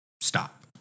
stop